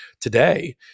today